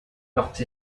portes